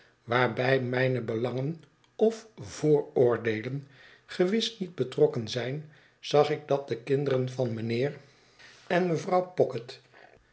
waarbij mijne belangen of vooroordeelen gewis niet betrokken zijn zag ik dat de kinderen van mijnheer en mevrouw pocket